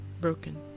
Broken